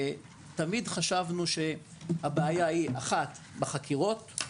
תמיד חשבנו שהבעיה היא קודם